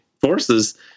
forces